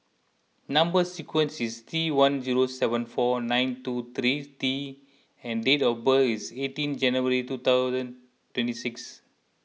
Number Sequence is T one zero seven four nine two three T and date of birth is eighteen January two thousand twenty six